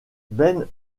ben